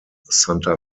santa